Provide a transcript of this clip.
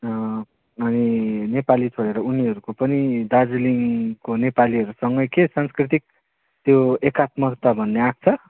अनि नेपाली छोडेर उनीहरूको पनि दार्जिलिङको नेपालीहरूसँगै के सांस्कृतिक त्यो एकात्मकता भन्ने आएको छ